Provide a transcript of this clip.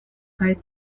kaj